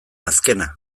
azkena